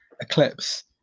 Eclipse